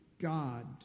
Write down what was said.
God